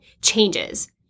changes